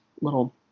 little